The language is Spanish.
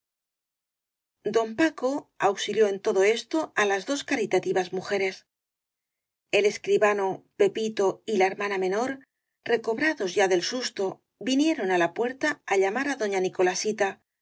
don paco auxilió en todo esto á las dos carita tivas mujeres el escribano pepito y la hermana menor reco brados ya del susto vinieron á la puerta á llamar á doña nicolasita la